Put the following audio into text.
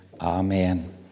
amen